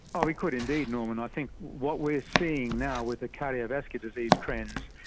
ah we could indeed, norman. i think what we are seeing now with the cardiovascular disease trends,